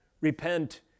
repent